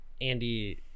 andy